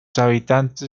habitantes